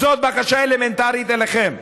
זאת בקשה אלמנטרית אליכם.